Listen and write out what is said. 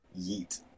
Yeet